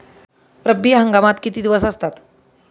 रब्बी हंगामात किती दिवस असतात?